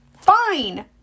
Fine